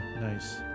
nice